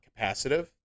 capacitive